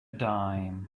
dime